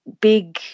big